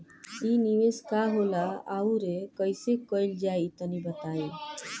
इ निवेस का होला अउर कइसे कइल जाई तनि बताईं?